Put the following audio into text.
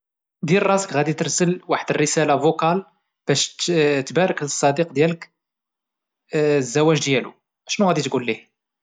دير راسك غادي تىسل واحد الرسالة فوكال باش تبارك للصديق ديالك الزواج ديالو، شنو غادي تقوليه؟